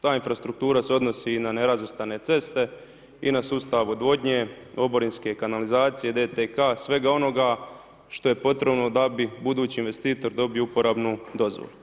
Ta infrastruktura se odnosi i na nerazvrstane ceste i na sustav odvodnje, oborinske kanalizacije, DTK svega onoga što je potrebno da bi budući investitor dobio uporabnu dozvolu.